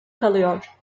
kalıyor